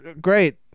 great